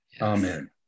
Amen